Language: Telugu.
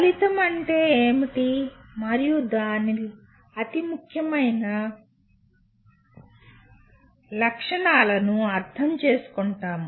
ఫలితం అంటే ఏమిటి మరియు దాని అతి ముఖ్యమైన లక్షణాలను అర్థం చేసుకుంటాము